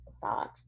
thought